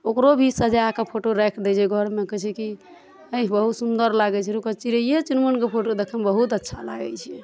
ओकरो भी सजा कऽ फोटो राखि दै छै घरमे कहै छै की अइह बहुत सुन्दर लागै छै रुकऽ चिड़ैये चुड़मुनके फोटो देखैमे बहुत अच्छा लागै छै